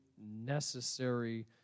necessary